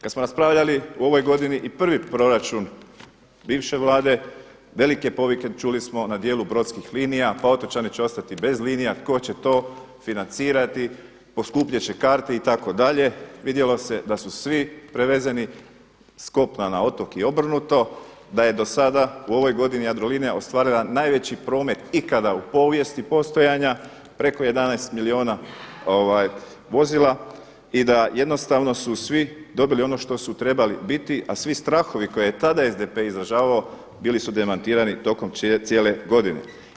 Kada smo raspravljali u ovoj godini i prvi proračun bivše Vlade velike povike čuli smo na djelu brodskih linija pa otočani će ostati bez linija, tko će to financirati, poskupljeti će karte itd., vidjelo se da su svi prevezeni s kopna na otok i obrnuto, da je do sada u ovoj godini Jadrolinija ostvarila najveći promet ikada u povijesti postojanja preko 11 milijuna vozila i da jednostavno su svi dobili ono što su trebali biti a svi strahovi koje je tada SDP izražavao bili su demantirani tokom cijele godine.